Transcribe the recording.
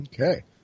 Okay